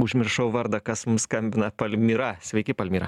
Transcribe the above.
užmiršau vardą kas mums skambina palmira sveiki palmira